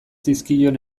zizkion